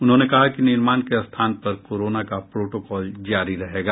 उन्होंने कहा कि निर्माण के स्थान पर कोरोना का प्रोटोकॉल जारी रहेगा